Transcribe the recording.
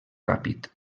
ràpid